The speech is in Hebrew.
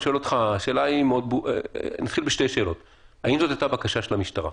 אני רוצה לשאול אותך: האם זאת היתה בקשה של המשטרה?